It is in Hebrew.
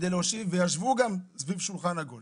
ישבו גם סביב שולחן עגול